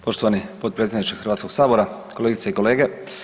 Poštovani potpredsjedniče Hrvatskog sabora, kolegice i kolege.